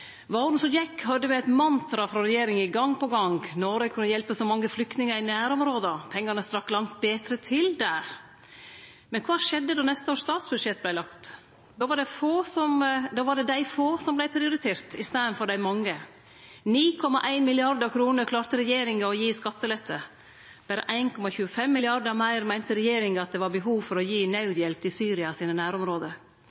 Våren som gjekk, høyrde vi eit mantra frå regjeringa gong på gong: Noreg kunne hjelpe så mange flyktningar i nærområda, pengane strekte langt betre til der. Men kva skjedde då neste års statsbudsjett vart lagt? Då var det dei få som vart prioriterte, i staden for dei mange. 9,1 mrd. kr klarte regjeringa å gi i skattelette. Berre 1,25 mrd. kr meir meinte regjeringa at det var behov for å gi